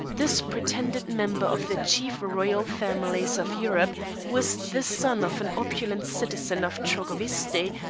this pretended member of the chief royal families of europe was the son of an opulent citizen of trogovisti,